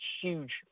huge